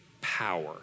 power